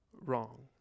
wrong